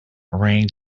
rang